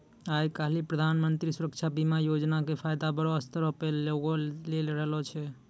आइ काल्हि प्रधानमन्त्री सुरक्षा बीमा योजना के फायदा बड़ो स्तर पे लोग लै रहलो छै